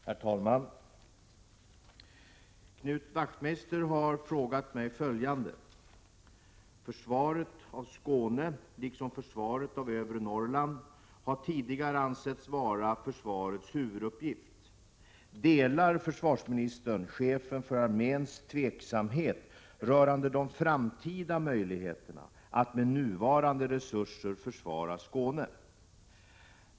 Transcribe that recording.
Herr talman! Knut Wachtmeister har frågat mig följande: Försvaret av Skåne liksom försvaret av övre Norrland har tidigare ansetts vara försvarets huvuduppgift. Delar försvarsministern chefens för armén tveksamhet rörande de framtida möjligheterna att med nuvarande resurser försvara Skåne?